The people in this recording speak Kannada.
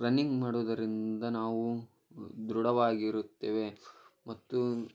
ರನ್ನಿಂಗ್ ಮಾಡುವುದರಿಂದ ನಾವು ದೃಢವಾಗಿರುತ್ತೇವೆ ಮತ್ತು